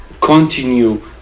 continue